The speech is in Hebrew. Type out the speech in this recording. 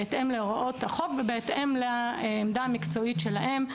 בהתאם להוראות החוק ובהתאם לעמדה המקצועית שלהם.